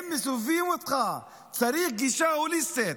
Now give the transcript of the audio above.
הם מסובבים אותך, צריך גישה הוליסטית.